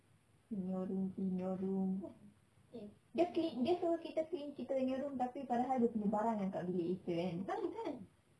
clean your room clean your room dia clean dia suruh kita clean kita punya room tapi padahal dia punya barang yang kat bilik kita kan